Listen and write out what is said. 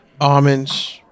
almonds